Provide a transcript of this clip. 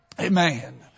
Amen